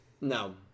No